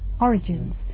origins